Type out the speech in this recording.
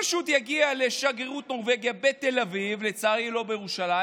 פשוט יגיע לשגרירות נורבגיה בתל אביב לצערי היא לא בירושלים,